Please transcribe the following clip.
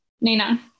Nina